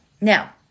Now